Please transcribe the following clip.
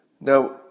Now